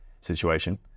situation